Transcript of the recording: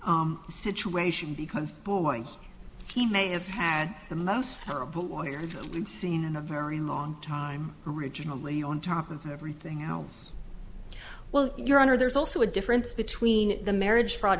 situation because boy he may have had the most terrible water seen in a very long time originally on top of everything else well your honor there's also a difference between the marriage fraud